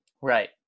right